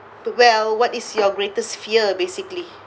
but well what is your greatest fear basically